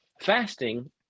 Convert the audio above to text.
Fasting